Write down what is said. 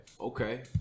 okay